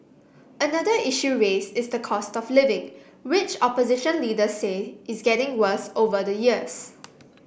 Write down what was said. another issue raised is the cost of living which opposition leader say is getting worse over the years